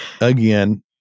again